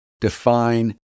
define